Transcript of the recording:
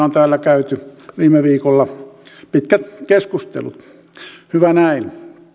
on täällä käyty viime viikolla pitkät keskustelut hyvä näin